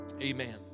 Amen